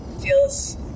Feels